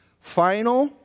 final